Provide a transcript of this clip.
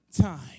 Time